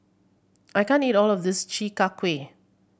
I can't eat all of this Chi Kak Kuih